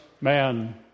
man